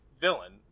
villain